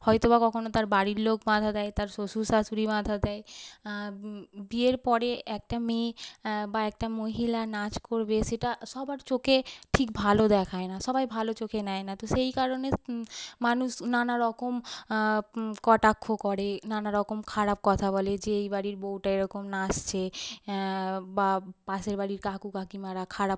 হয়তো বা কখনো তার বাড়ির লোক বাধা দেয় তার শ্বশুর শাশুড়ি বাধা দেয় বিয়ের পরে একটা মেয়ে বা একটা মহিলা নাচ করবে সেটা সবার চোখে ঠিক ভালো দেখায় না সবাই ভালো চোখে নেয় না তো সেই কারণে মানুষ নানা রকম কটাক্ষ করে নানা রকম খারাপ কথা বলে যে এই বাড়ির বউটা এরকম নাচছে বা পাশের বাড়ির কাকু কাকিমারা খারাপ